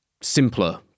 simpler